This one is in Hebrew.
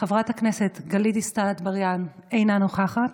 חברת הכנסת גלית דיסטל אטבריאן, אינה נוכחת,